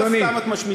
למה סתם את משמיצה?